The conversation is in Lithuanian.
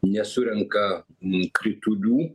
nesurenka nei kritulių